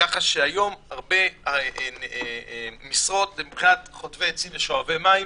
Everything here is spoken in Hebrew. ככה שהיום הרבה משרות הן בבחינת חוטבי עצים ושואבי מים.